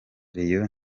rayon